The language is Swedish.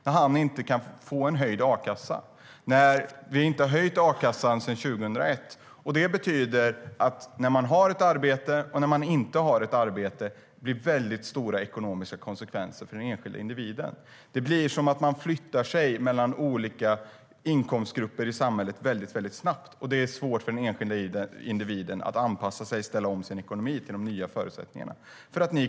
Han kan inte få en höjd a-kassa eftersom a-kassan inte har höjts sedan 2001. Det betyder att det blir väldigt stora ekonomiska konsekvenser för den enskilde individen om man har ett arbete eller om man inte har ett arbete. Man flyttar sig mellan olika inkomstgrupper i samhället väldigt snabbt, och det är svårt för den enskilde individen att anpassa sig och ställa om sin ekonomi till de nya förutsättningarna.